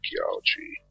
archaeology